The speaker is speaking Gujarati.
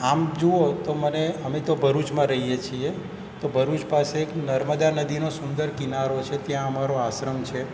આમ જુઓ તો મને અમે તો ભરૂચમાં રહીએ છીએ તો ભરૂચ પાસે એક નર્મદા નદીનો સુંદર કિનારો છે ત્યાં અમારો આશ્રમ છે